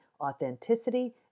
Authenticity